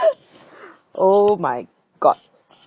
oh my god